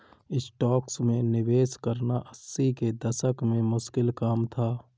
stocks में निवेश करना अस्सी के दशक में मुश्किल काम था